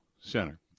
center